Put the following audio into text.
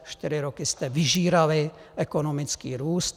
Čtyři roky jste vyžírali ekonomický růst.